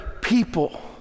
people